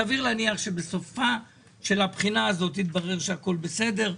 סביר להניח שבסוף הבחינה הזאת יתברר שהכול בסדר,